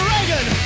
Reagan